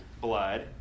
blood